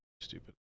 stupid